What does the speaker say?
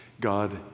God